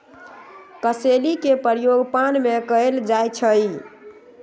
कसेली के प्रयोग पान में कएल जाइ छइ